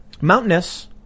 Mountainous